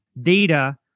data